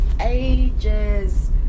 ages